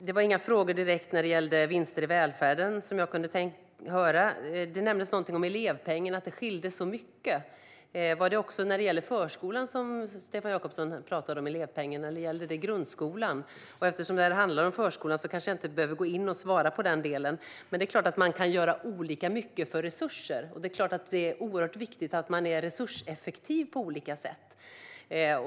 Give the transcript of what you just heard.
Jag hörde inga frågor om vinster i välfärden. Det nämndes att det skilde mycket när det gäller elevpengen. Menade Stefan Jakobsson förskolan här, eller gällde det grundskolan? Eftersom vi debatterar förskolan nu kanske jag inte behöver svara på den delen. Men man kan naturligtvis göra olika mycket för de resurser man har. Det är viktigt att man är resurseffektiv på olika sätt.